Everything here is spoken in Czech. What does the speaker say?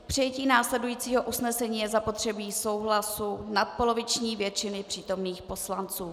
K přijetí následujícího usnesení je zapotřebí souhlasu nadpoloviční většiny přítomných poslanců.